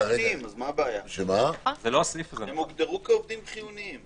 אבל הם הוגדרו כעובדים חיוניים,